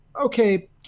okay